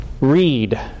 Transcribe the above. read